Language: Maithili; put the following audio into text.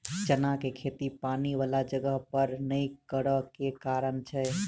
चना केँ खेती पानि वला जगह पर नै करऽ केँ के कारण छै?